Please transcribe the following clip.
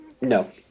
No